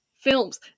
films